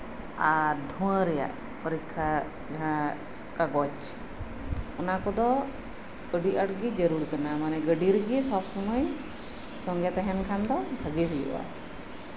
ᱟᱨ ᱫᱷᱩᱣᱟᱹ ᱨᱮᱭᱟᱜ ᱯᱚᱨᱤᱠᱠᱷᱟ ᱡᱟᱢᱟᱸ ᱠᱟᱜᱚᱡ ᱚᱱᱟ ᱠᱚᱫᱚ ᱟᱹᱰᱤ ᱟᱸᱴᱜᱮ ᱡᱟᱹᱨᱩᱲ ᱠᱟᱱᱟ ᱢᱟᱱᱮ ᱜᱟᱹᱰᱤ ᱮᱨᱜᱮ ᱥᱚᱵ ᱥᱚᱢᱚᱭ ᱵᱷᱟᱜᱮ ᱛᱟᱸᱦᱮᱱ ᱠᱷᱟᱱ ᱫᱚ ᱵᱷᱟᱜᱮ ᱦᱩᱭᱩᱜᱼᱟ